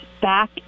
back